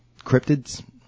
cryptids